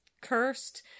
cursed